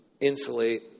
insulate